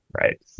right